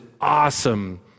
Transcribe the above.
awesome